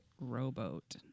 rowboat